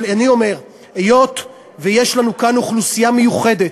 אבל היות שיש לנו כאן אוכלוסייה מיוחדת,